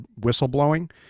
whistleblowing